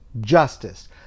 justice